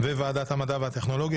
וועדת המדע והטכנולוגיה,